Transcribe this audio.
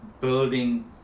building